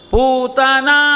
Putana